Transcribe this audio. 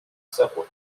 savoie